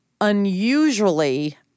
unusually